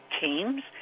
teams